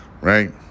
Right